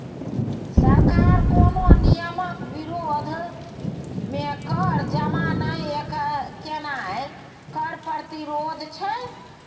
सरकार कोनो नियमक विरोध मे कर जमा नहि केनाय कर प्रतिरोध छै